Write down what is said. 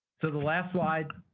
so the last slide,